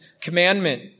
commandment